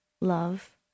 love